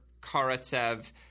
Karatsev